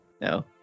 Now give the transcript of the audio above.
No